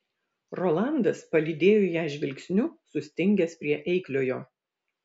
rolandas palydėjo ją žvilgsniu sustingęs prie eikliojo